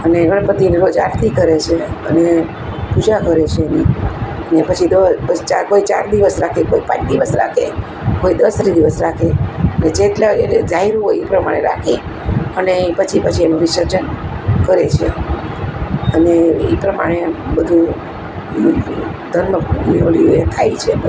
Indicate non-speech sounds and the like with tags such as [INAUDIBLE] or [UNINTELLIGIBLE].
અને ગણપતિને રોજ આરતી કરે છે અને પૂજા કરે છે એની ને પછી કોઈ ચાર દિવસ રાખે કોઈ પાંચ દિવસ રાખે કોઈ દસ દિવસ રાખે ને જેટલા એણે ધાર્યું હોય એ પ્રમાણે રાખે અને પછી પછી એનું વિસર્જન કરે છે અને એ પ્રમાણે બધુ ધર્મ [UNINTELLIGIBLE] થાય છે